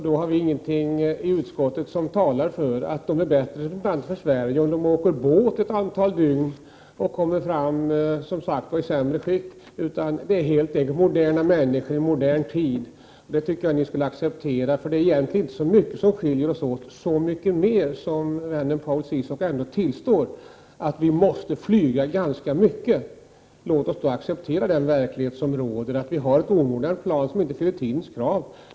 Då har vi i utskottet inget som talar för att de är bättre representanter för Sverige om de åker båt ett antal dygn och kommer fram i sämre skick. Det är helt enkelt fråga om moderna människor i modern tid. Det tycker jag att ni skulle acceptera. Det är egentligen inte så mycket som skiljer oss åt, så mycket mer som vännen Paul Ciszuk ändå tillstår att vi måste flyga ganska mycket. Låt oss då acceptera den verklighet som råder, att vi har ett omodernt plan som inte fyller tidens krav.